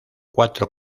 cuatro